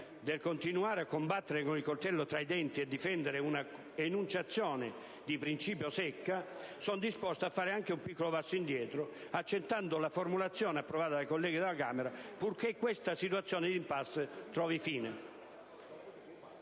di continuare a combattere con il coltello tra i denti a difendere una enunciazione di principio secca, sono disposto a fare anche un piccolo passo indietro, accettando la formulazione approvata dai colleghi della Camera, purché questa situazione di *impasse* trovi fine.